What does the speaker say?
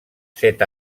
set